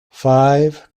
five